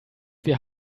wir